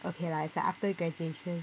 okay lah it's like after graduation